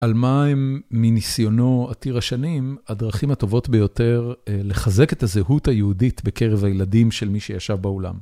מהם, מניסיונו עתיר השנים, הדרכים הטובות ביותר לחזק את הזהות היהודית בקרב הילדים של מי שישב באולם.